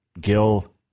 Gil